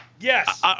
yes